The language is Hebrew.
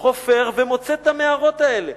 חופר ומוצא את המערות האלה.